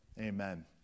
amen